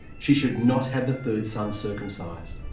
she should not have the third son circumcised.